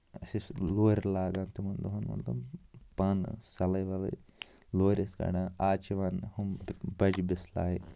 أسۍ ٲسۍ لورِ لاگان تِمَن دۄہَن مطلب پانہٕ سَلٲے وَلٲے لورِ ٲسۍ گَنڈان آز چھِ یِوان ہُم تِم بَجہِ بِسلایہِ